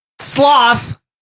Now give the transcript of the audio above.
sloth